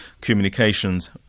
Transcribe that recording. communications